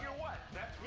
what were